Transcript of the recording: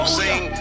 sing